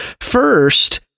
First